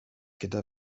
gyda